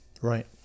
Right